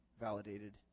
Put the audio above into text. validated